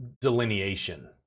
delineation